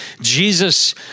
Jesus